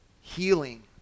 healing